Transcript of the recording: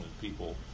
people